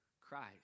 Christ